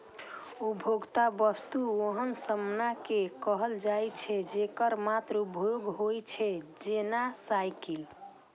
उपभोक्ता वस्तु ओहन सामान कें कहल जाइ छै, जेकर मात्र उपभोग होइ छै, जेना साइकिल